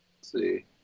see